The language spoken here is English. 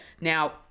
Now